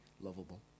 lovable